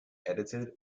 edited